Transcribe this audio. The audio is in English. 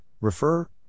refer